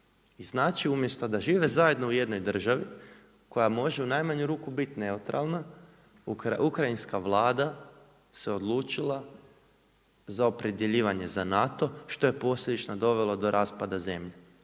I znači umjesto da žive zajedno u jednoj državi, koja može u najmanju ruku biti neutralna, Ukrajinska Vlada se odlučila za opredjeljivanje za NATO, što je posljedično dovelo do raspada zemlje.